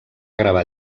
gravar